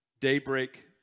Daybreak